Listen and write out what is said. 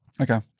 Okay